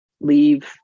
leave